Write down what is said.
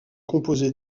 composé